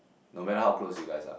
no matter how close you guys are